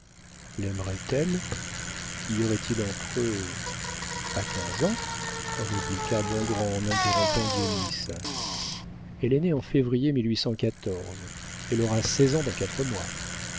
laimerait elle y aurait-il entre eux a quinze ans répliqua bongrand en interrompant dionis elle est née en février elle aura seize ans dans quatre mois